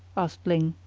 asked ling.